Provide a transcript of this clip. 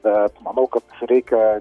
bet manau kad reikia